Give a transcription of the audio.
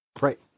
Right